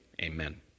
amen